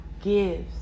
gives